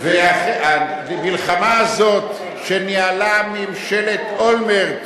והמלחמה הזאת, שניהלה ממשלת אולמרט,